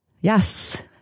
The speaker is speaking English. Yes